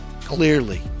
clearly